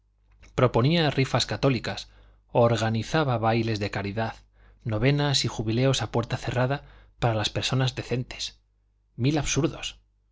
proponía rifas católicas organizaba bailes de caridad novenas y jubileos a puerta cerrada para las personas decentes mil absurdos